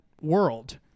world